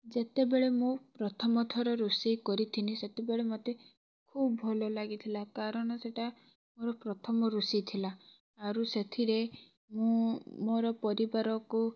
ଯେତେବେଳେ ମୁଁ ପ୍ରଥମ ଥର ରୋଷେଇ କରିଥିନି ସେତେବେଳେ ମୋତେ ଖୁବ୍ ଭଲ ଲାଗିଥିଲା କାରଣ ସେଇଟା ମୋର ପ୍ରଥମ ରୋଷେଇ ଥିଲା ଆରୁ ସେଥିରେ ମୁଁ ମୋର ପରିବାରକୁ